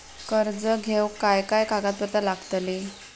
कर्ज घेऊक काय काय कागदपत्र लागतली?